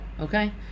okay